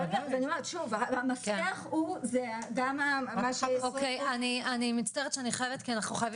אז אני אומרת המפתח הוא --- אני מצטערת שאני חייבת כי אנחנו חייבים